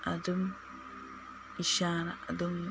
ꯑꯗꯨꯝ ꯏꯁꯥꯅ ꯑꯗꯨꯝ